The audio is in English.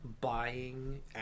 buying